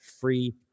free